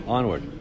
Onward